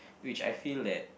which I feel that